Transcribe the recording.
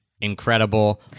incredible